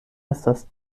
estas